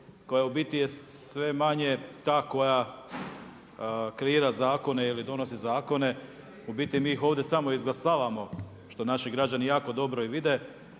koja u biti je sve manje ta koja kreira zakone ili donosi zakone, u biti mi ih ovdje samo izglasavamo što naši građani jako dobro i vide,